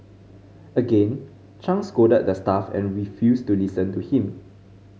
again Chang scolded the staff and refused to listen to him